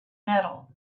metal